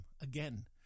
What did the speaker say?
Again